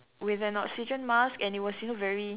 with an oxygen mask and it was very